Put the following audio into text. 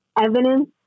evidence